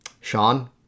Sean